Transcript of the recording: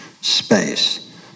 space